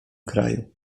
kraju